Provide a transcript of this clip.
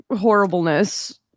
horribleness